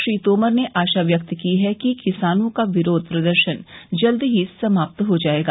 श्री तोमर ने आशा व्यक्त की है कि किसानों का विरोध प्रदर्शन जल्द ही समाप्त हो जाएगा